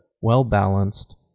well-balanced